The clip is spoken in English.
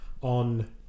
on